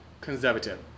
conservative